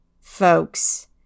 folks